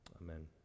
Amen